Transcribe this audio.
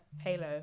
Halo